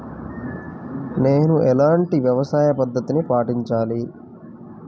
నేను ఎలాంటి వ్యవసాయ పద్ధతిని పాటించాలి?